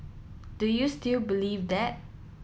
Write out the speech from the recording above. do you still believe that